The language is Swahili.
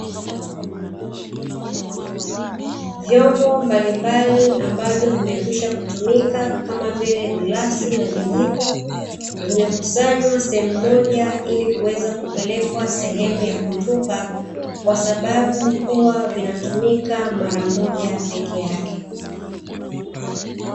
Vyombo mbalimbali ambavyo vimekwisha kutumika, kama vile glasi na vijiko, vimekusanywa sehemu moja ili kuweza kupelekwa sehemu ya kutupa kwasababau huwa vinatumika mara moja peke yake.